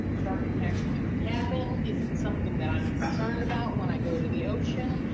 shark attacks do happen. is it something that i'm concerned about when i go to the ocean,